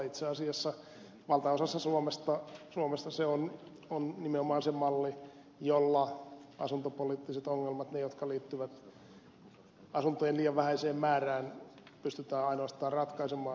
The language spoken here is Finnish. itse asiassa valtaosassa suomea se on nimenomaan se malli jolla asuntopoliittiset ongelmat ne jotka liittyvät asuntojen liian vähäiseen määrään pystytään ainoastaan ratkaisemaan